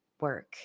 work